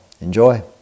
Enjoy